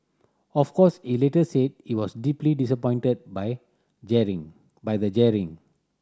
of course he later said he was deeply disappointed by jeering by the jeering